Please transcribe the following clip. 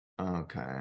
Okay